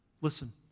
listen